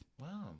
Wow